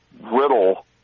brittle